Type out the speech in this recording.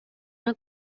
una